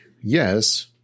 yes